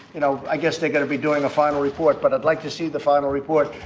you know, i guess they're going to be doing the final report. but i'd like to see the final report.